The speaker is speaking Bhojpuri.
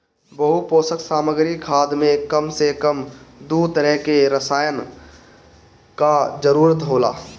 बहुपोषक सामग्री खाद में कम से कम दू तरह के रसायन कअ जरूरत होला